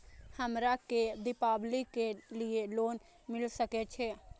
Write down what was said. हमरा के दीपावली के लीऐ लोन मिल सके छे?